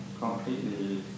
completely